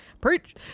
preach